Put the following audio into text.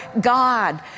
God